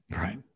Right